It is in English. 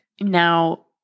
now